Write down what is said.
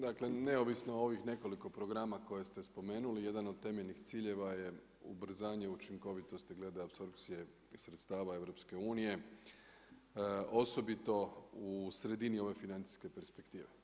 Dakle neovisno o ovih nekoliko programa koje ste spomenuli, jedan od temeljnih ciljeva je ubrzanje učinkovitosti glede apsorpcije sredstava EU, osobito u sredini ove financijske perspektive.